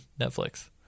Netflix